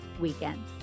Weekend